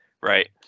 Right